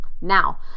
Now